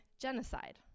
genocide